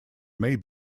may